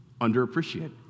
underappreciated